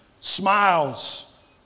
smiles